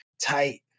tight